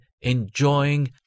enjoying